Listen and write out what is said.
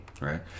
right